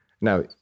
Now